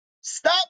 Stop